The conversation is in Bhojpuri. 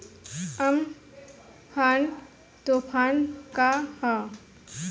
अमफान तुफान का ह?